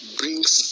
brings